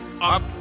up